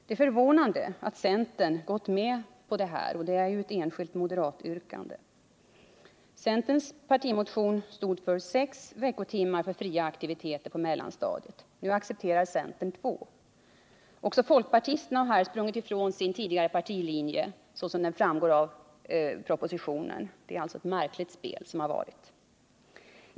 Det är förvånande att centern här gått med på ett enskilt moderatyrkande. Centerns partimotion stod för sex veckotimmar för fria aktiviteter på mellanstadiet. Nu accepterar centern två veckotimmar. Också folkpartisterna har här sprungit ifrån sin partilinje, såsom den framgår av propositionen. Det är alltså ett märkligt spel som har förevarit.